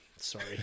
sorry